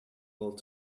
while